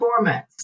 formats